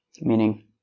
Meaning